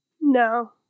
No